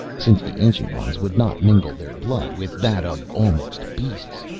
since the ancient ones would not mingle their blood with that of almost beasts,